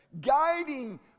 guiding